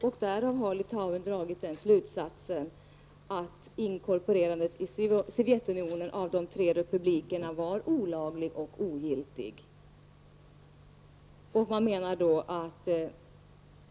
Av detta har Litauen dragit slutsatsen att inkorporerandet i Sovjetunionen av de tre republikerna var olagligt och ogiltigt.